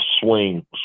swing